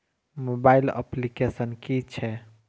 Mobile application कि छै?